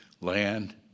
land